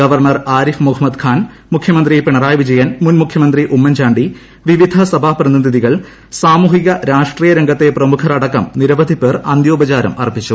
governor Arif Mohammed Khan മുഖ്യമന്ത്രി പിണറായി വിജയൻ മുൻ മുഖ്യമൂന്ത്രി ഉമ്മൻ ചാണ്ടി വിവിധ സഭാ പ്രതിനിധികൾ സാമൂഹ്ട്രിക രാഷ്ട്രീയ രംഗത്തെ പ്രമുഖർ അടക്കം നിരവധി പേർ അന്ത്യ്യാപ്പചാരം അർപ്പിച്ചു